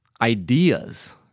ideas